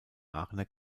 aachener